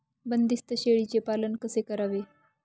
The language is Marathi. बंदिस्त शेळीचे पालन कसे करावे?